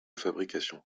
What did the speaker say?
fabrication